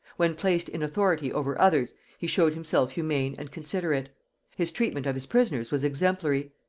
when placed in authority over others, he showed himself humane and considerate his treatment of his prisoners was exemplary,